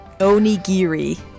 Onigiri